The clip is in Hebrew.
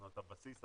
הבסיס,